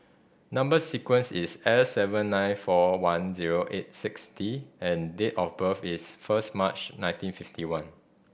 number sequence is S seven nine four one zero eight six D and date of birth is first March nineteen fifty one